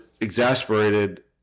exasperated